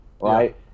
right